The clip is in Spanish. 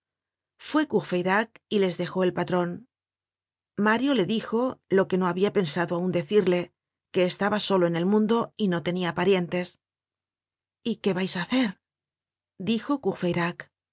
fué courfeyrac y les dejó el patron mario le dijo lo que no habia pensado aun decirle que estaba solo en el mundo y no tenia parientes y qué vais á hacer dijo